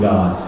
God